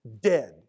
dead